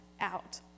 out